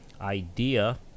idea